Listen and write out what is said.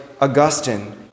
Augustine